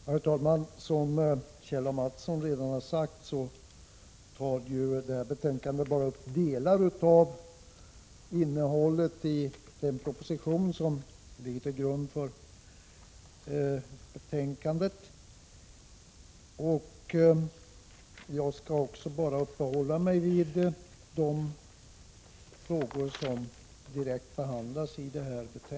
Herr talman! Såsom Kjell A. Mattsson redan har sagt tar detta betänkande bara upp delar av innehållet i den proposition som ligger till grund för betänkandet. Även jag skall endast uppehålla mig vid de frågor som direkt behandlas i betänkandet.